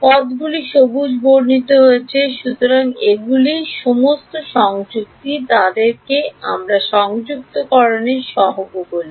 পদগুলি সবুজ বর্ণিত হয়েছে সুতরাং এগুলি সমস্ত সংযুক্তি তাদেরকে আমরা সংযুক্তকরণের সহগ বলি